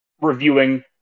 reviewing